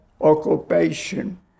occupation